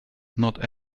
not